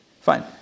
fine